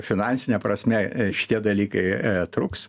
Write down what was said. finansine prasme šitie dalykai truks